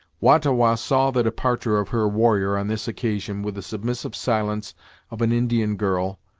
wah-ta-wah saw the departure of her warrior on this occasion with the submissive silence of an indian girl,